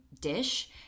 dish